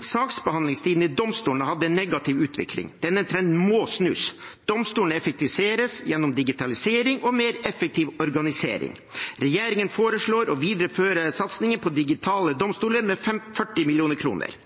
Saksbehandlingstiden i domstolene har hatt en negativ utvikling. Denne trenden må snus. Domstolene effektiviseres gjennom digitalisering og mer effektiv organisering. Regjeringen foreslår å videreføre satsingen på digitale domstoler med 40